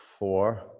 four